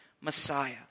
Messiah